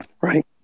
Right